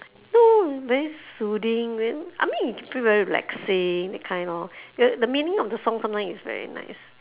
no very soothing very I mean you feel very relaxing that kind lor the meaning of the song sometimes is very nice